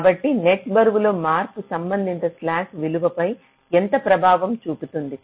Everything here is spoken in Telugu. కాబట్టి నెట్ బరువులో మార్పు సంబంధిత స్లాక్ విలువపై ఎంత ప్రభావం చూపుతుంది